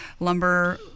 lumber